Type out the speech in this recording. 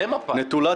נטולת אידאולוגיה.